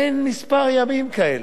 אין מספר ימים כזה.